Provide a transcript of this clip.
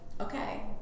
okay